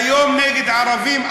היום נגד ערבים,